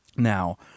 Now